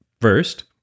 First